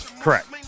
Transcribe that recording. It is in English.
Correct